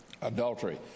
adultery